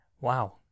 Wow